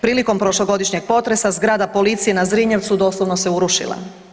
Prilikom prošlogodišnjeg potresa zgrada policije na Zrinjevcu doslovno se urušila.